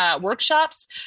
workshops